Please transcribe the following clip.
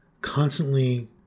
constantly